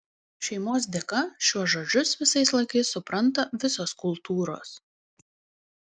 šeimos dėka šiuo žodžius visais laikais supranta visos kultūros